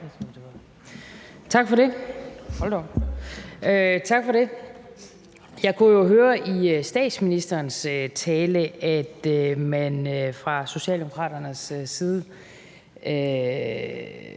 Tak for det. Jeg kunne høre i statsministerens tale, at man fra Socialdemokraternes side